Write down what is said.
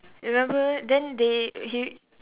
remember then they he